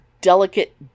delicate